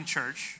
church